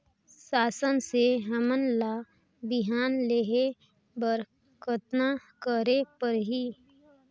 शासन से हमन ला बिहान लेहे बर कतना करे परही?